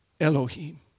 Elohim